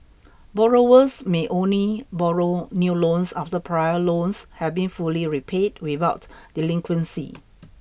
borrowers may only borrow new loans after prior loans have been fully repaid without delinquency